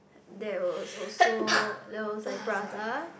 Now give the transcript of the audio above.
there was also there was like prata